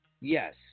Yes